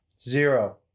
Zero